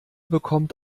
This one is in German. bekommt